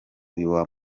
uyu